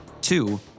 Two